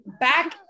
back